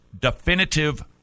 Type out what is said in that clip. definitive